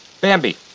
Bambi